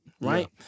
right